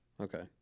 okay